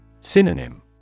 Synonym